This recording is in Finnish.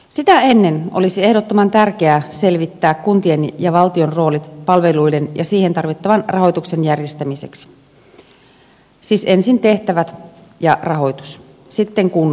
sitä ennen olisi ehdottoman tärkeää selvittää kuntien ja valtion roolit palveluiden ja niihin tarvittavan rahoituksen järjestämiseksi siis ensin tehtävät ja rahoitus sitten kunnat ja kuntarajat